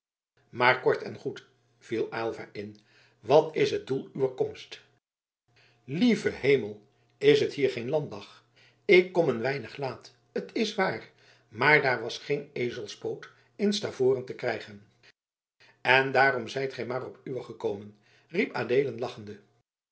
maar kort en goed viel aylva in wat is het doel uwer komst lieve hemel is het hier geen landdag ik kom een weinig laat t is waar maar daar was geen ezelspoot in stavoren te krijgen en daarom zijt gij maar op de uwe gekomen riep adeelen lachende